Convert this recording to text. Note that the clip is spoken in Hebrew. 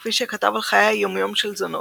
כפי שכתב על חיי היום-יום של זונות,